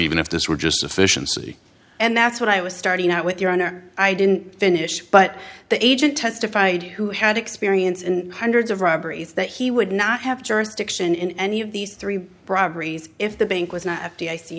even if this were just efficiency and that's what i was starting out with your honor i didn't finish but the agent testified who had experience in hundreds of robberies that he would not have jurisdiction in any of these three briberies if the bank was not